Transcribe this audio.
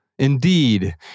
Indeed